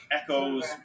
echoes